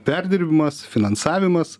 perdirbimas finansavimas